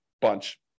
bunch